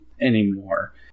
anymore